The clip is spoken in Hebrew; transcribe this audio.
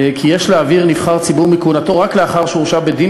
כי יש להעביר נבחר ציבור מכהונתו רק לאחר שהורשע בדין,